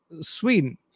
Sweden